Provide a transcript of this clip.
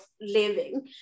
living